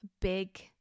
big